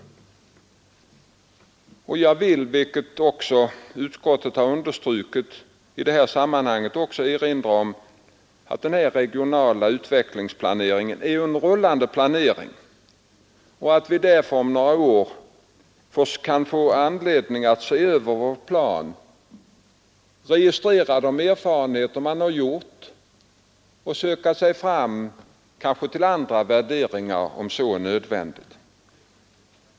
Jag vill liksom utskottet erinra om att den regionala utvecklingsir en rullande planering och att vi därför om några år kan få planeringen anledning att se över vår plan, registrera de erfarenheter man har gjort och söka oss fram kanske till andra värderingar, om så är nödvändigt.